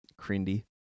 Crindy